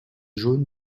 jaune